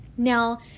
Now